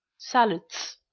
salads.